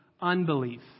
unbelief